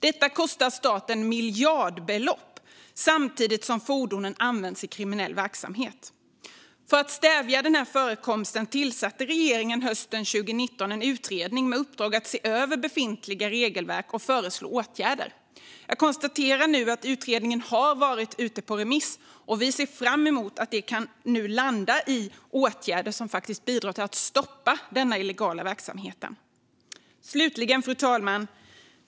Detta kostar staten miljardbelopp samtidigt som fordonen används i kriminell verksamhet. För att stävja förekomsten av bilmålvakter tillsatte regeringen hösten 2019 en utredning med uppdrag att se över befintliga regelverk och föreslå åtgärder. Jag konstaterar att utredningen nu har varit ute på remiss, och vi ser fram emot att det kan landa i åtgärder som stoppar denna illegala verksamhet. Fru talman!